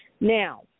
Now